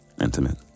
intimate